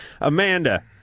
Amanda